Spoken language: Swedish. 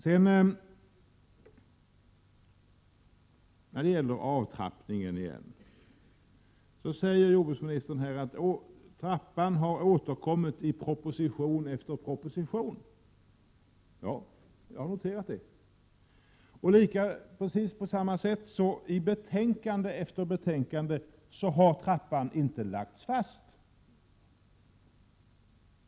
Sedan till detta med avtrappningen av statens ansvar för överskottsproduktionen. Jordbruksministern säger att förslag om avtrappningen har kommit i proposition efter proposition. Ja, jag har noterat det. På precis samma sätt har det emellertid i betänkande efter betänkande inte lagts fast någon sådan avtrappning. Så förhåller det sig alltså.